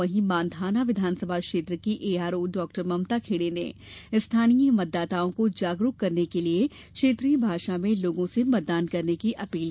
वहीं मांधाना विधानसभा क्षेत्र की एआरओ डॉ ममता खेड़े ने स्थानीय मतदाताओं को जागरूक करने के लिये क्षेत्रीय भाषा में लोगों से मतदान की अपील की